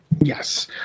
Yes